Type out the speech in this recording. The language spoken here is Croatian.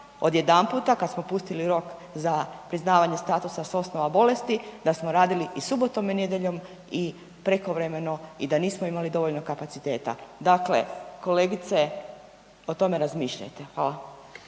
odjedanput kad smo pustili rok za priznavanje statusa s osnova bolesti, da smo radili i subotom i nedjeljom prekovremeno i da nismo imali dovoljno kapaciteta. Dakle kolegice, o tome razmišljajte. Hvala.